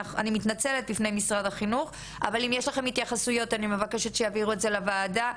אם יש לכם התייחסויות אני מבקשת שתעבירו אתן לוועדה,